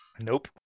Nope